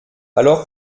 alors